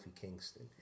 Kingston